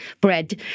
bread